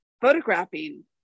photographing